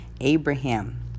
Abraham